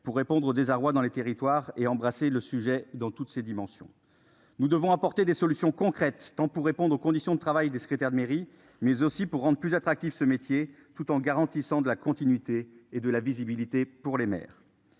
pour répondre au désarroi dans les territoires et embrasser le sujet dans toutes ses dimensions. Nous devons apporter des solutions concrètes tant pour répondre aux conditions de travail des secrétaires de mairie mais aussi pour rendre plus attractif ce métier tout en garantissant la continuité et de la visibilité, pour les mères.